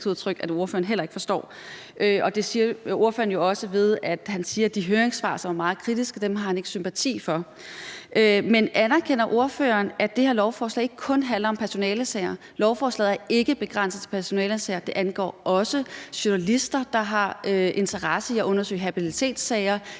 at ordføreren heller ikke forstår. Det siger ordføreren jo også ved, at han siger, at han ikke har sympati for de høringssvar, som er meget kritiske. Men anerkender ordføreren, at det her lovforslag ikke kun handler om personalesager? Lovforslaget er ikke begrænset til personalesager. Det angår også journalister, der har interesse i at undersøge habilitetssager